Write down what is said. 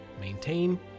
maintain